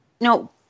no